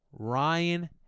Ryan